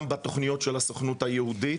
גם בתוכניות של הסוכנות היהודית.